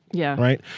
yeah right.